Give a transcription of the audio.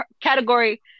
category